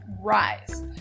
rise